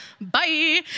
bye